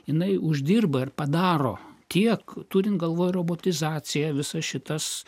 jinai uždirba ir padaro tiek turint galvoje robotizaciją visas šitas